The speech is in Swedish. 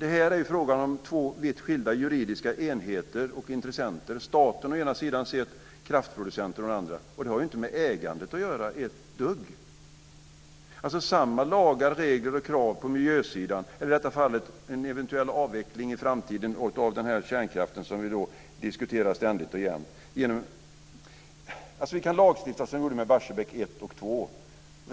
Det här är ju fråga om två vitt skilda juridiska enheter och intressenter, staten å ena sidan och kraftproducenterna å andra. Det har inte ett dugg med ägandet att göra. Det är samma lagar, regler och krav på miljösidan eller i detta fall en eventuell avveckling i framtiden av den kärnkraft som vi diskuterar ständigt och jämt. Vi kan lagstifta som vi gjorde med Barsebäck 1 och 2.